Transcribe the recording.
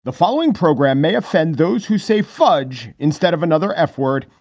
the following program may offend those who say fudge instead of another f word.